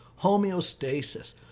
homeostasis